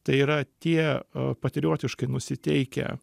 tai yra tie patriotiškai nusiteikę